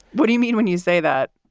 what do you mean when you say that?